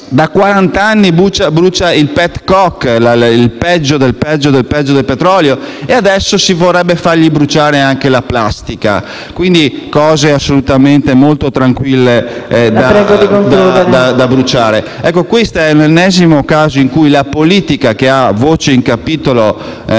anni brucia il *pet coke*, il peggio del peggio del petrolio. E adesso si vorrebbe farle bruciare anche la plastica: materiali assolutamente innocui da bruciare. Questo è l'ennesimo caso in cui la politica, che ha voce in capitolo